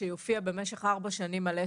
שיופיע על עסק במשך ארבע שנים,